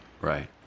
Right